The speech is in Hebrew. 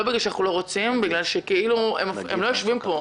לא בגלל שאנחנו לא רוצים אלא בגלל שהם לא יושבים פה,